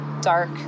dark